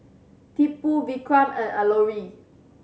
Tipu Vikram and Alluri